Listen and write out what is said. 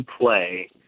play